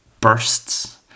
bursts